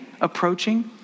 approaching